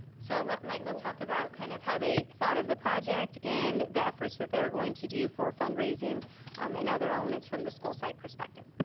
so i'll let michael talk about kind of how they thought of the project, and the efforts that they're going to do for fundraising and other elements from the school site perspective.